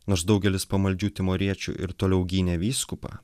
nors daugelis pamaldžių timoriečių ir toliau gynė vyskupą